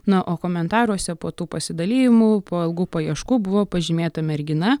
na o komentaruose po tų pasidalijimų po ilgų paieškų buvo pažymėta mergina